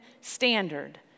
standard